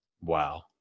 Wow